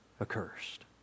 accursed